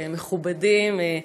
מכובדים,